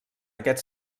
aquest